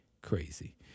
crazy